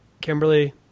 Kimberly